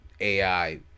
AI